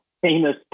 famous